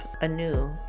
anew